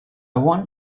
want